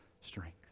strength